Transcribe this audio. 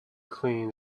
clean